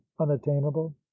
unattainable